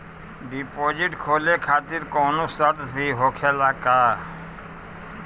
Deposit खोले खातिर कौनो शर्त भी होखेला का?